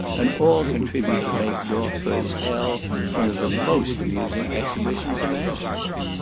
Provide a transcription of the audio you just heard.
and all contribute to make dorfeuille's hell one of the most amusing exhibitions imaginable.